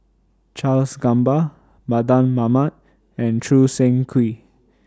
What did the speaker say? Charles Gamba Mardan Mamat and Choo Seng Quee